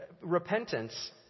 repentance